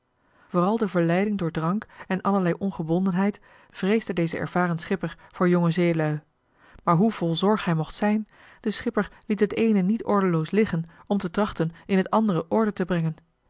vooral de verleiding door drank en allerlei ongebondenheid vreesde deze ervaren schipper voor jonge zeelui maar hoe vol zorg hij mocht zijn de schipper liet het eene niet ordeloos liggen om te trachten in het andere orde te brengen